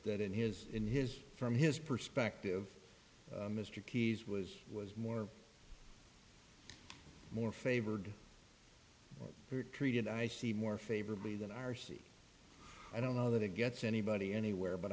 that in his in his from his perspective mr keyes was was more more favored or treated i see more favorably than r c i don't know that it gets anybody anywhere but